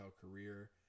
career